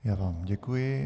Já vám děkuji.